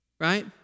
Right